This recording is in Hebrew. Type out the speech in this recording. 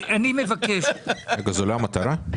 זו לא המטרה?